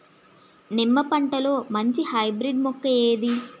నిమ్మ పంటలో మంచి హైబ్రిడ్ మొక్క ఏది?